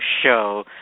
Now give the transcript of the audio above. show